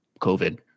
covid